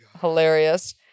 Hilarious